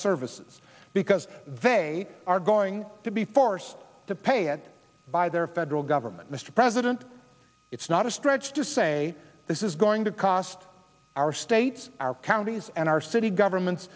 services because they are going to be forced to pay it by their federal government mr president it's not a stretch to say this is going to cost our states our counties and our city governments